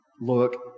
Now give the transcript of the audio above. look